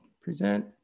present